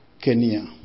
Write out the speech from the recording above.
Kenya